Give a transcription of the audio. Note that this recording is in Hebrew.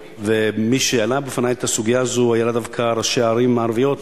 ומי שהעלו בפני את הסוגיה הזו היו דווקא ראשי הערים הערביות,